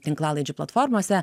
tinklalaidžių platformose